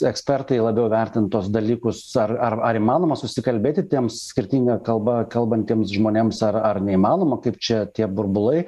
ekspertai labiau vertint tuos dalykus ar ar ar įmanoma susikalbėti tiems skirtinga kalba kalbantiems žmonėms ar ar neįmanoma kaip čia tie burbulai